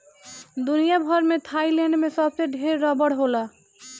दुनिया भर में थाईलैंड में सबसे ढेर रबड़ होला